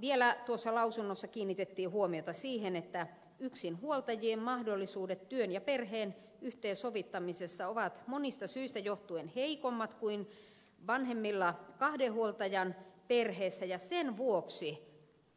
vielä tuossa lausunnossa kiinnitettiin huomiota siihen että yksinhuoltajien mahdollisuudet työn ja perheen yhteensovittamisessa ovat monista syistä johtuen heikommat kuin vanhemmilla kahden huoltajan perheissä ja sen vuoksi